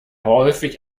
häufig